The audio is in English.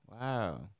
Wow